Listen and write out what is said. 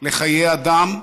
לחיי אדם,